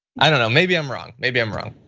i don't know maybe i'm wrong, maybe i'm wrong.